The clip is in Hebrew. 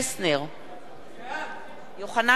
בעד